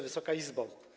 Wysoka Izbo!